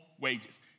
wages